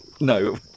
No